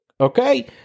Okay